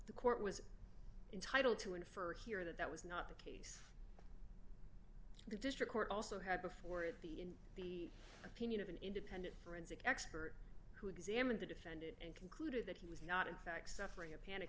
the court was entitle to infer here that that was not the case the district court also had before it the opinion of an independent expert who examined the defendant and concluded that he was not in fact suffering a panic